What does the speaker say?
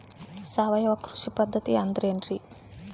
ಸಾವಯವ ಕೃಷಿ ಪದ್ಧತಿ ಅಂದ್ರೆ ಏನ್ರಿ?